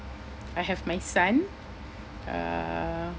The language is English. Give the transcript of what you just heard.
I have my son uh